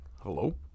hello